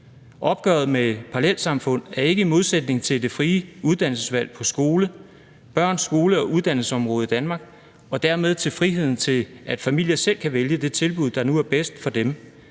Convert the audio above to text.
Opgøret med parallelsamfund er ikke en modsætning til det frie uddannelsesvalg på børne-, skole- og uddannelsesområdet i Danmark og dermed til friheden til, at familier selv kan vælge det tilbud, der er bedst for dem.